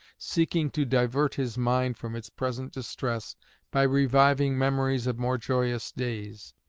seeking to divert his mind from its present distress by reviving memories of more joyous days.